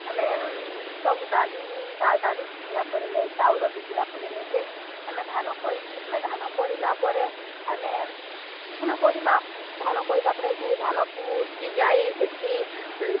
ଆମେ ସବୁ ଡାଲି ଡାଲି ବିକିବା ପରେ ନାଇଁ ଚାଉଳ ବିକାକିଣା ପରେ ନାଇଁ ସେ ଆମେ ଧାନ ଧାନ କରିଲା ପରେ ଆମେ ଧାନ କରମା ଧାନ କରିଲା ପରେ ସେଇ ଧାନକୁ ସିଝାଇ ସେଥି